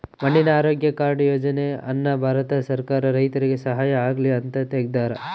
ಮಣ್ಣಿನ ಆರೋಗ್ಯ ಕಾರ್ಡ್ ಯೋಜನೆ ಅನ್ನ ಭಾರತ ಸರ್ಕಾರ ರೈತರಿಗೆ ಸಹಾಯ ಆಗ್ಲಿ ಅಂತ ತೆಗ್ದಾರ